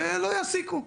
ולא יעסיקו.